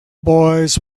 boys